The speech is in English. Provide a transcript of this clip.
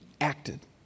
acted